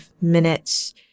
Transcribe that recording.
minutes